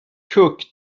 cook